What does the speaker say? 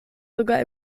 sogar